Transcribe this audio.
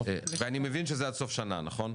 ואני מבין שזה עד סוף שנה, נכון?